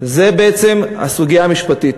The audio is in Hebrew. זה בעצם הסוגיה המשפטית.